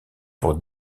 pour